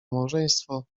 małżeństwo